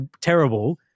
terrible